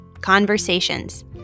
conversations